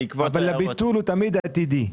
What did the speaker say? אבל הביטול הוא תמיד עתידי.